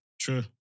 True